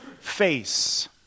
face